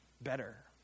better